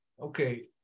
Okay